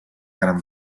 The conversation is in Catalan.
gran